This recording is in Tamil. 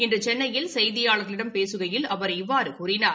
இன்று சென்னையில் செய்தியாளர்களிடம் பேசுகையில் அவர் இவ்வாறு கூறினார்